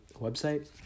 website